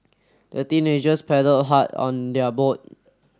the teenagers paddled hard on their boat